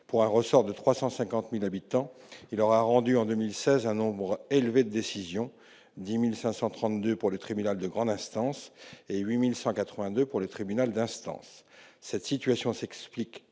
Pour un ressort de 350 000 habitants, il aura rendu en 2016 un nombre élevé de décisions : 10 532 pour le tribunal de grande instance et 8 182 pour le tribunal d'instance. Cette situation s'explique par un